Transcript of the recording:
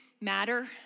matter